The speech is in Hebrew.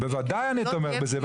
בוודאי אני תומך בזה,